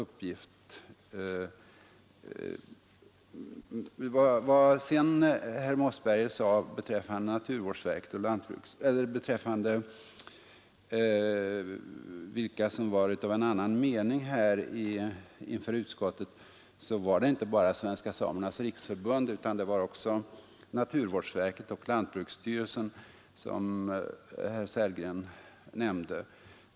Herr Mossberger talade om vilka som var av annan mening inför utskottet. Det var inte bara Svenska samernas riksförbund utan också naturvårdsverket och lantbruksstyrelsen, som herr Sellgren nämnde.